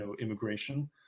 immigration